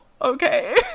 okay